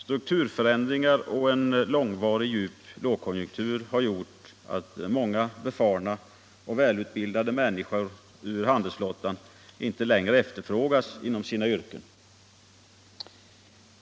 Strukturförändringar och en långvarig, djup lågkonjunktur har gjort att många befarna och välutbildade människor i handelsflottan inte längre efterfrågas inom sina yrken.